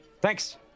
Thanks